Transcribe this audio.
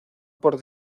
por